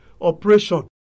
operation